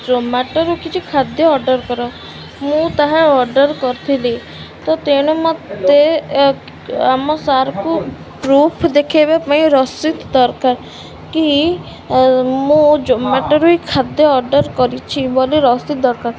ଜୋମାଟୋରୁ କିଛି ଖାଦ୍ୟ ଅର୍ଡର୍ କର ମୁଁ ତାହା ଅର୍ଡର୍ କରିଥିଲି ତ ତେଣୁ ମୋତେ ଆମ ସାର୍କୁ ପ୍ରୁଫ ଦେଖେଇବା ପାଇଁ ରସିଦ ଦରକାର କି ମୁଁ ଜୋମାଟୋରୁ ହିଁ ଖାଦ୍ୟ ଅର୍ଡର୍ କରିଛି ବୋଲି ରସିଦ ଦରକାର